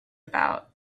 about